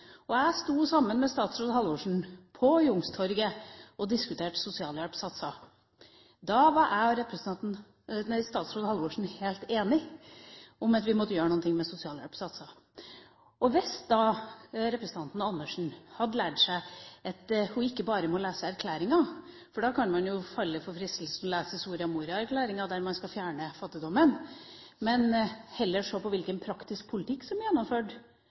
salen. Jeg sto sammen med statsråd Halvorsen på Youngstorget og diskuterte sosialhjelpssatser. Da var jeg og statsråd Halvorsen helt enige om at vi måtte gjøre noe med sosialhjelpssatsene. Hvis representanten Karin Andersen hadde lært seg at hun ikke bare må lese erklæringer, for da kan man jo falle for fristelsen til å lese Soria Moria-erklæringa, der man skal fjerne fattigdommen, men heller se på hvilken praktisk politikk som er gjennomført,